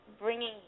bringing